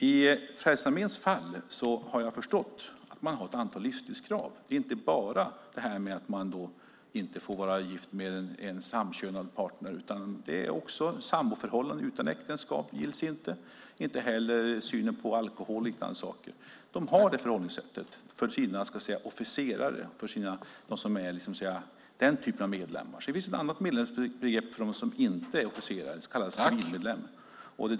I Frälsningsarméns fall har jag förstått att man har ett antal livsstilskrav. Det är inte bara detta att man inte får vara gift med en partner av samma kön, utan exempelvis samboförhållanden utan äktenskap gills inte heller. Man har också en speciell syn på alkohol och liknande saker. Frälsningsarmén har det förhållningssättet för sina officerare, alltså för dem som är den typen av medlemmar. Sedan finns det ett annat medlemsbegrepp för dem som inte är officerare, så kallade civilmedlemmar.